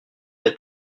est